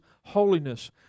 holiness